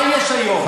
מה יש היום?